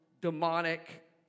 demonic